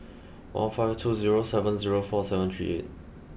one five two zero seven zero four seven three eight